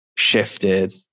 Shifted